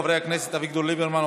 חברי הכנסת אביגדור ליברמן,